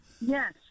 Yes